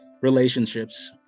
relationships